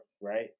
right